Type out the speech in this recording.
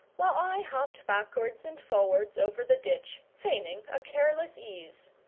while i hopped backwards and forwards over the ditch, feigning a careless ease.